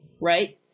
right